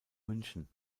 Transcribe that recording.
münchen